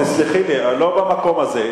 תסלחי לי, לא במקום הזה.